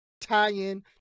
tie-in